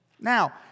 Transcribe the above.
Now